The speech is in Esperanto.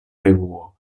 revuo